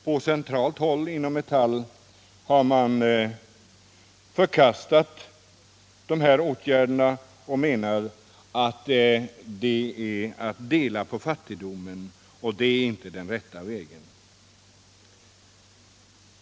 På centralt håll — inom Metall — har man förkastat åtgärden och menar att införandet av korttidsvecka är att dela på fattigdomen och att det inte är den rätta vägen.